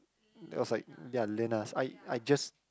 it was like ya Lenas I I just